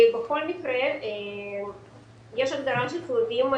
בכל מקרה יש הגדרה של כלבים,